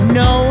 no